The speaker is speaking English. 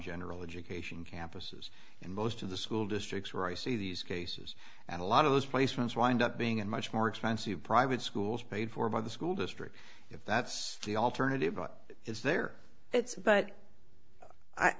general education campuses in most of the school districts where i see these cases and a lot of those placements wind up being in much more expensive private schools paid for by the school district if that's the alternative what is there